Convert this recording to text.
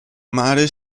mare